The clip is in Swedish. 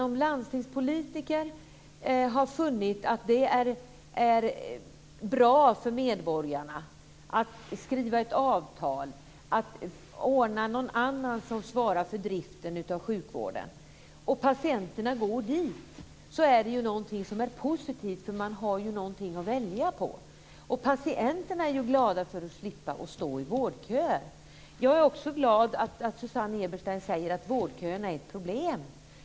Om landstingspolitiker har funnit att det är bra för medborgarna att skriva ett avtal och att ordna med någon annan som svarar för driften av sjukvården och patienterna går dit, är det något som är positivt. Man har ju någonting att välja på. Patienterna är glada över att slippa stå i vårdköer. Jag är glad över att Susanne Eberstein också säger att vårdköerna är ett problem.